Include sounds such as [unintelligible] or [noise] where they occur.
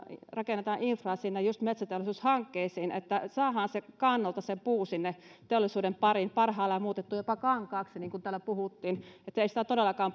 rakennetaan infraa just sinne metsäteollisuushankkeisiin että saadaan kannolta se puu sinne teollisuuden pariin parhaimmillaan muutettua jopa kankaaksi niin kuin täällä puhuttiin että ei kaikkea puuta todellakaan [unintelligible]